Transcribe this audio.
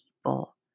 people